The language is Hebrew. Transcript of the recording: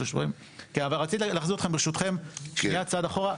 אבל רציתי להחזיר אתכם, ברשותכם, צעד אחורה.